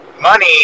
money